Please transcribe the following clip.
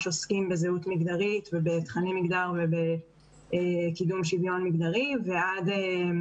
עוסקים בזהות מגדרית ובתכנים של מגדר ובקידום שוויון מגדרי ועד